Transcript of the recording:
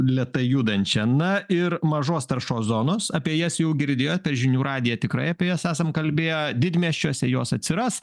lėtai judančią na ir mažos taršos zonos apie jas jau girdėjot per žinių radiją tikrai apie jas esam kalbėję didmiesčiuose jos atsiras